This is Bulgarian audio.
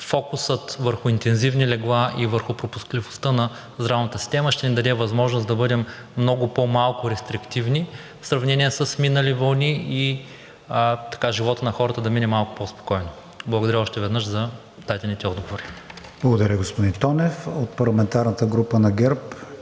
фокусът върху интензивни легла и върху пропускливостта на здравната система ще ни даде възможност да бъдем много по-малко рестриктивни в сравнение с минали вълни и животът на хората да мине малко по спокойно. Благодаря още веднъж за дадените отговори. ПРЕДСЕДАТЕЛ КРИСТИАН ВИГЕНИН: Благодаря, господин Тонев. От парламентарната група на ГЕРБ